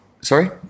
Sorry